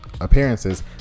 appearances